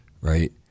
Right